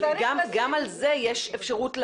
אבל גם על זה יש אפשרות לערער.